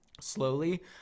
slowly